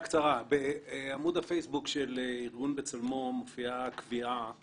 בעמוד הפייסבוק של ארגון "בצלמו" מופיעה הקביעה: